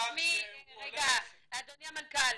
אדוני המנכ"ל,